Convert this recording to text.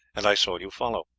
and i saw you follow.